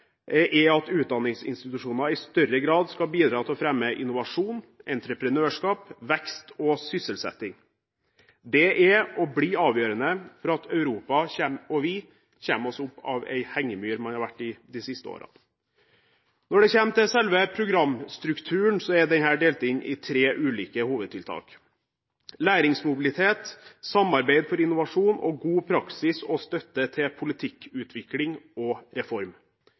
at utdanningsinstitusjonene i større grad skal bidra til å fremme innovasjon, entreprenørskap, vekst og sysselsetting. Det er og blir avgjørende for at Europa og vi kommer oss opp av en hengemyr man har vært i de siste årene. Når det kommer til selve programstrukturen, er denne delt inn i tre ulike hovedtiltak: læringsmobilitet, samarbeid for innovasjon og «god praksis» og støtte til politikkutvikling og reform.